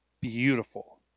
beautiful